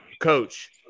coach